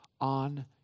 on